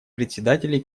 председателей